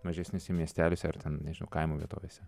mažesniuose miesteliuose ar ten nežinau kaimo vietovėse